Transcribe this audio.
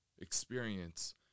experience